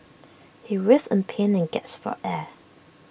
he writhed in pain and gasped for air